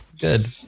Good